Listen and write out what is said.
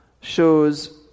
shows